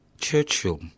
Churchill